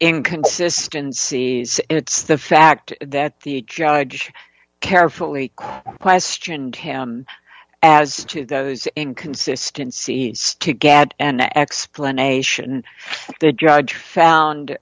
inconsistency it's the fact that the judge carefully questioned him as to those in consistencies to get an explanation the judge found